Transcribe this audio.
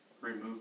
Remove